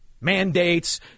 mandates